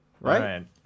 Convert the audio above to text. Right